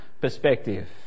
perspective